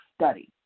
study